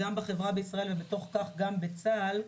גם בחברה בישראל ובתוך כך גם בצה"ל.